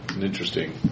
interesting